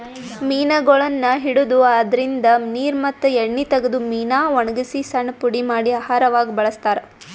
ಮೀನಗೊಳನ್ನ್ ಹಿಡದು ಅದ್ರಿನ್ದ ನೀರ್ ಮತ್ತ್ ಎಣ್ಣಿ ತಗದು ಮೀನಾ ವಣಗಸಿ ಸಣ್ಣ್ ಪುಡಿ ಮಾಡಿ ಆಹಾರವಾಗ್ ಬಳಸ್ತಾರಾ